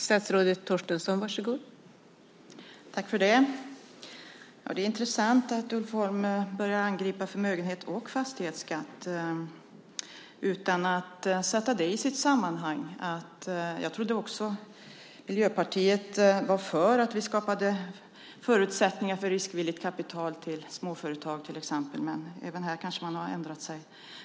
Fru talman! Det är intressant att Ulf Holm angriper både förmögenhets och fastighetsskatten utan att sätta dem i sitt sammanhang. Jag trodde att Miljöpartiet var för att vi skapade förutsättningar för riskvilligt kapital till exempelvis småföretag, men de har kanske ändrat sig.